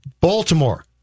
Baltimore